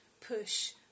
push